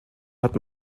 hat